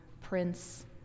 Prince